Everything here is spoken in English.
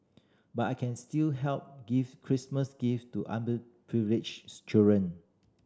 but I can still help give Christmas gift to underprivileged children